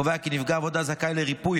קובע כי נפגע עבודה זכאי לריפוי,